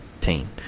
team